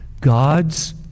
God's